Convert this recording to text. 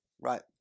right